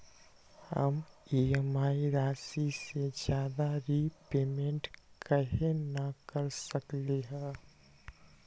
हम ई.एम.आई राशि से ज्यादा रीपेमेंट कहे न कर सकलि ह?